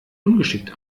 ungeschickt